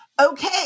Okay